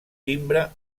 timbre